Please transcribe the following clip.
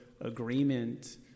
agreement